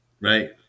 Right